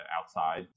outside